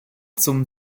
zum